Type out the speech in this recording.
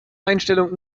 einstellung